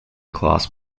class